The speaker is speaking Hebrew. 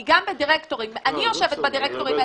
כי גם בדירקטורים אני יושבת בדירקטורים,